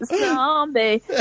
Zombie